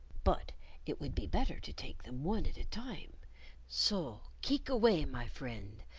but it would be better to take them one at a time so keeck away, my friend,